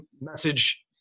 message